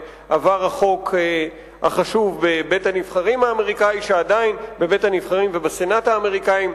והחוק החשוב עבר בבית-הנבחרים ובסנאט האמריקני,